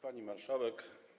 Pani Marszałek!